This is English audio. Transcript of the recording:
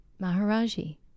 Maharaji